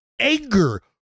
anger